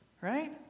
right